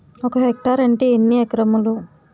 ఒక హెక్టార్ అంటే ఎన్ని ఏకరములు?